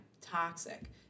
toxic